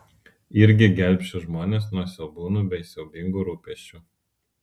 irgi gelbsčiu žmones nuo siaubūnų bei siaubingų rūpesčių